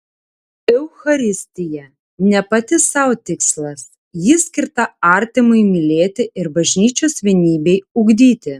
eucharistija ne pati sau tikslas ji skirta artimui mylėti ir bažnyčios vienybei ugdyti